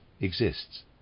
exists